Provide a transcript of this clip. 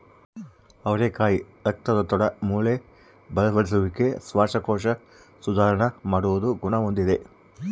ಅವರೆಕಾಯಿ ರಕ್ತದೊತ್ತಡ, ಮೂಳೆ ಬಲಪಡಿಸುವಿಕೆ, ಶ್ವಾಸಕೋಶ ಸುಧಾರಣ ಮಾಡುವ ಗುಣ ಹೊಂದಿದೆ